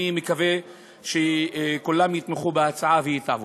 אני מקווה שכולם יתמכו בהצעה והיא תעבור.